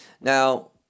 now